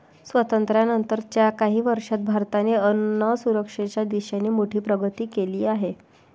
स्वातंत्र्यानंतर च्या काही वर्षांत भारताने अन्नसुरक्षेच्या दिशेने मोठी प्रगती केली आहे